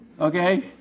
Okay